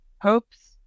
hopes